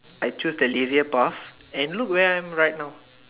I choose the lazier path and look where I am right now